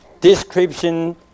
description